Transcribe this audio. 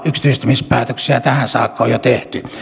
yksityistämispäätöksiä tähän saakka on jo tehty